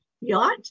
Yacht